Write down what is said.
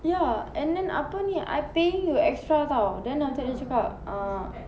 ya and then apa ni I paying you extra [tau] then after that dia cakap ah